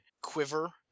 quiver